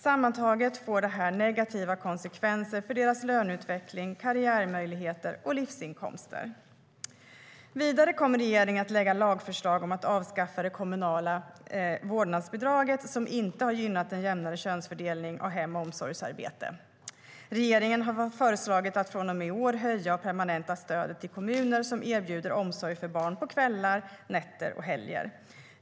Sammantaget får detta negativa konsekvenser för deras löneutveckling, karriärmöjligheter och livsinkomster. Vidare kommer regeringen att lägga fram lagförslag om att avskaffa det kommunala vårdnadsbidraget, som inte har gynnat en jämnare könsfördelning av hem och omsorgsarbete. Regeringen har föreslagit att från och med i år höja och permanenta stödet till kommuner som erbjuder omsorg för barn på kvällar, nätter och helger.